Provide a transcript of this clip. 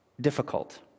difficult